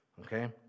Okay